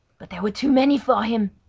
but they were too many for him!